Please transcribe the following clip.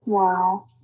Wow